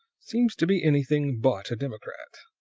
seems to be anything but a democrat.